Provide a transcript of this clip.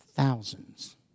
Thousands